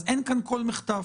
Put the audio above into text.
אז אין כאן כל מחטף.